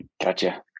Gotcha